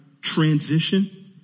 transition